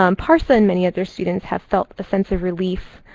um parsa and many other students have felt a sense of relief,